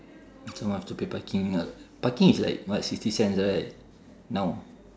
some more have to pay parking parking is like what sixty cents right now